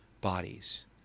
bodies